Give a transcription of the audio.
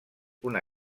una